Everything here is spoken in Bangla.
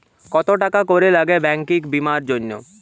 কত টাকা করে লাগে ব্যাঙ্কিং বিমার জন্য?